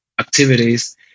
activities